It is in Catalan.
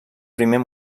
primer